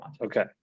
okay